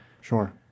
sure